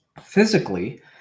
physically